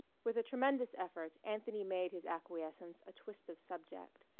with a tremendous effort anthony made his acquiescence a twist of subject,